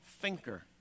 thinker